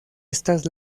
estas